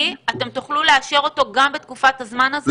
אתם תוכלו לאשר אותו גם בתקופת הזמן הזו?